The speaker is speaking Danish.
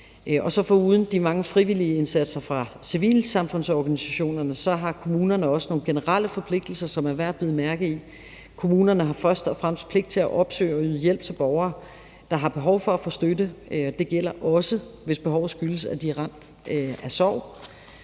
Foruden de mange frivillige indsatser fra civilsamfundsorganisationerne har kommunerne også nogle generelle forpligtelser, som det er værd at bide mærke i. Kommunerne har først og fremmest pligt til at opsøge og yde hjælp til borgere, der har behov for at få støtte. Det gælder også, hvis behovet skyldes, at de er ramt af sorg.